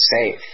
safe